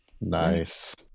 Nice